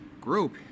group